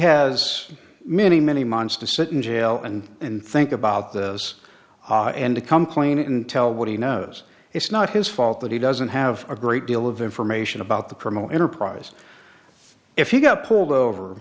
has many many months to sit in jail and and think about this and come clean and tell what he knows it's not his fault that he doesn't have a great deal of information about the criminal enterprise if he got pulled over